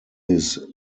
his